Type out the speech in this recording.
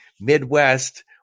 Midwest